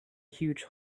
huge